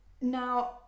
Now